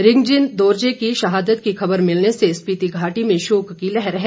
रिगजिन दोरजे की शहादत की खबर मिलने से स्पिति घाटी में शोक की लहर है